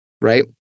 right